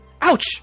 ouch